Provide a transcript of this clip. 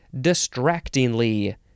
distractingly